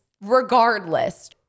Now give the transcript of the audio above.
Regardless